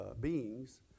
beings